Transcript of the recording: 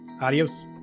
Adios